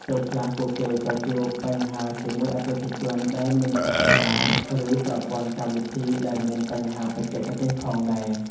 ពេលខ្លះពួកគេក៏ជួបបញ្ហាជាមួយអតិថិជនដែលមិនសហការ ឬប្រព័ន្ធកម្មវិធីដែលមានបញ្ហាបច្ចេកទេសផងដែរ។